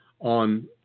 on